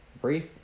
brief